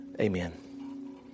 Amen